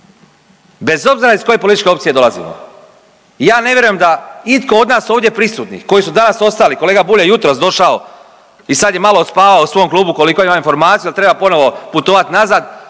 bez obzira iz koje političke opcije dolazimo. Ja ne vjerujem da itko od nas ovdje prisutnih koji su danas ostali, kolega Bulj je jutros došao i sad je malo odspavao u svom klubu koliko imam informaciju da treba ponovo putovat nazad,